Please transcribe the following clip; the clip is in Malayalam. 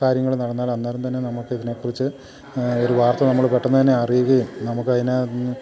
കാര്യങ്ങള് നടന്നാൽ അന്നേരം തന്നെ നമുക്ക് ഇതിനെക്കുറിച്ച് ഒരു വാർത്ത നമ്മള് പെട്ടന്ന് തന്നെ അറിയുകയും നമുക്ക് അതിനാന്ന്